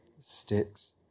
sticks